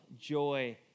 joy